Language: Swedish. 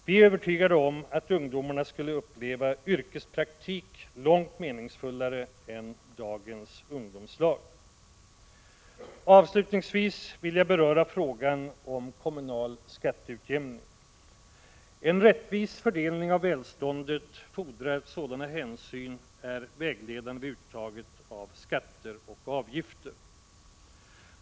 Vi är övertygade om att ungdomarna skulle uppleva yrkespraktik långt meningsfullare än dagens ungdomslag. Avslutningsvis vill jag beröra frågan om kommunal skatteutjämning. En rättvis fördelning av välståndet fordrar att sådana hänsyn är vägledande vid uttaget av skatter och avgifter.